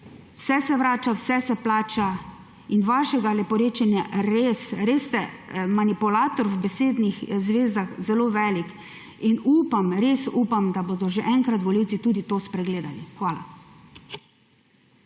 vse se vrača, vse se plača in vašega leporečenja … Res ste manipulator v besednih zvezah zelo velik in upam, res upam, da bodo že enkrat volivci tudi to spregledali. Hvala.